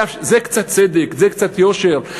זה קצת צדק, זה קצת יושר.